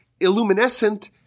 illuminescent